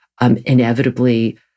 inevitably